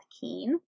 keen